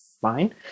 Fine